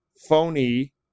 phony